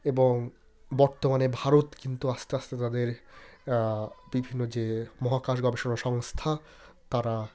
এবং বর্তমানে ভারত কিন্তু আস্তে আস্তে তাদের বিভিন্ন যে মহাকাশ গবেষণা সংস্থা তারা